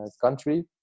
country